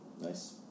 Nice